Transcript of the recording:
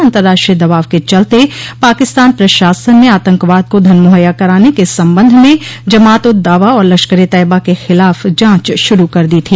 अंतर्राष्ट्रीय दबाव के चलते पाकिस्तान प्रशासन ने आतंकवाद को धन मुहैया कराने के संबंध में जमात उद दावा और लश्करे तैयबा के खिलाफ जांच शुरू कर दी थी